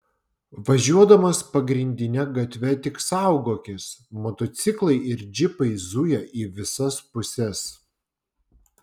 važiuodamas pagrindine gatve tik saugokis motociklai ir džipai zuja į visas puses